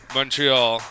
Montreal